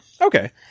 Okay